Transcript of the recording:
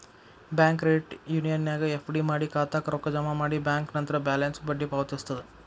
bank credit ಯೂನಿಯನ್ನ್ಯಾಗ್ FD ಮಾಡಿ ಖಾತಾಕ್ಕ ರೊಕ್ಕ ಜಮಾ ಮಾಡಿ ಬ್ಯಾಂಕ್ ನಂತ್ರ ಬ್ಯಾಲೆನ್ಸ್ಗ ಬಡ್ಡಿ ಪಾವತಿಸ್ತದ